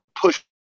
push